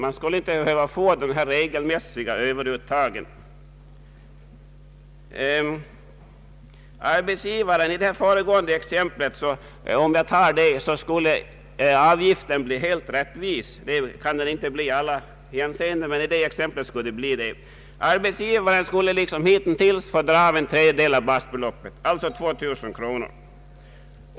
Det skulle inte behöva bli fråga om några regelmässiga överuttag. För arbetsgivaren i det föregående exempel jag anförde skulle avgiften bli helt rättvis — den kan inte bli rättvis i alla avseenden men skulle bli det i detta fall — och arbetsgivaren skulle liksom hittills få dra av en tredjedel av basbeloppet, alltså 2000 kronor.